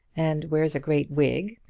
and wears a great wig,